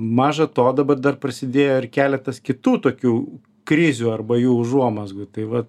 maža to dabar dar prasidėjo ir keletas kitų tokių krizių arba jų užuomazgų tai va